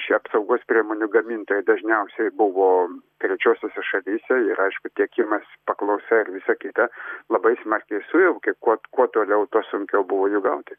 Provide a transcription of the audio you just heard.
šie apsaugos priemonių gamintojai dažniausiai buvo trečiosiose šalyse ir aišku tiekimas paklausa ir visa kita labai smarkiai sujaukė kad kuo toliau tuo sunkiau buvo jų gauti